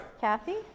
Kathy